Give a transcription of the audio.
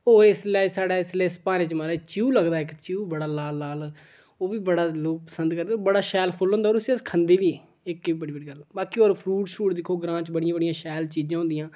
ओह् इसलै साढ़े इसलै प्हाड़े च मतलब च्यूह् लगदा इक च्यूह् बड़ा लाल लाल ओह् बी लोक बड़ा पसंद करदे बड़ा शैल फुल्ल होंदा होर अस उसी खंदे बी इक एह् बड़ी बड्डी गल्ल ऐ बाकी होर फरूट शरूट दिक्खो ग्रांऽ च बड़ियां बड़ियां शैल चीजां होंदियां